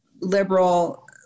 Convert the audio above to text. liberal